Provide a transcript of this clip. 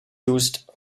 used